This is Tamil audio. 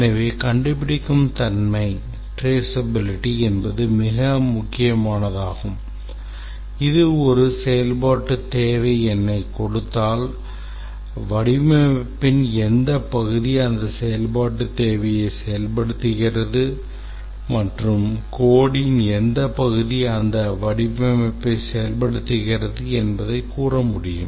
எனவே கண்டுபிடிக்கும் தன்மை என்பது மிக முக்கியமானதாகும் இது ஒரு செயல்பாட்டுத் தேவை எண்ணைக் கொடுத்தால் வடிவமைப்பின் எந்தப் பகுதி அந்த செயல்பாட்டுத் தேவையை செயல்படுத்துகிறது மற்றும் codeன் எந்த பகுதி அந்த வடிவமைப்பை செயல்படுத்துகிறது என்பதைக் கூற முடியும்